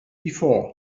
before